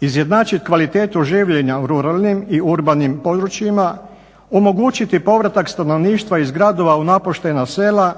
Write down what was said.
izjednačit kvalitetu življenja u ruralnim i urbanim područjima, omogućiti povratak stanovništva iz gradova u napuštena sela,